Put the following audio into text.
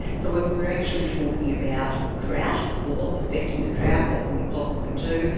so if we are actually talking about drought, well, what's affecting the drought, what can we possibly do,